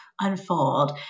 unfold